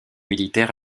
militaire